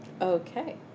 Okay